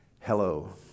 hello